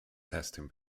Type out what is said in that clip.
testing